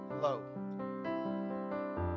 low